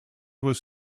was